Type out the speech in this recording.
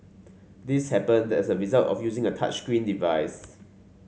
this happened as a result of using a touchscreen device